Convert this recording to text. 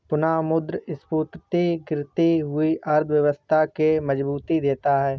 पुनःमुद्रस्फीति गिरती हुई अर्थव्यवस्था के मजबूती देता है